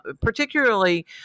particularly